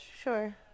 Sure